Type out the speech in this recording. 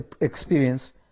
experience